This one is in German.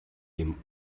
dem